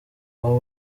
abo